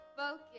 Focus